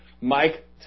Mike